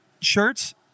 shirts